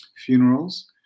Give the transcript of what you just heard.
funerals